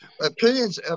opinions